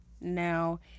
now